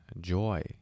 joy